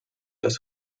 das